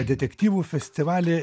detektyvų festivalį